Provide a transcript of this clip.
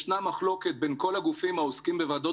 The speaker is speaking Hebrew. ישנה מחלוקת בין כל הגופים העוסקים בוועדות